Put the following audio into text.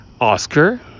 Oscar